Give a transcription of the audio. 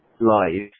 live